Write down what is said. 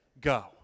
go